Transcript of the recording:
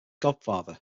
godfather